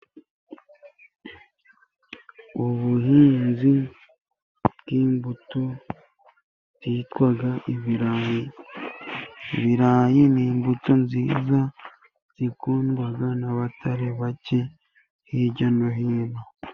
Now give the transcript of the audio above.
Ubuhinzi bw'imbuto zitwa ibirayi . Ibirayi ni imbuto nziza zikundwa n'abatari bake hirya no hino.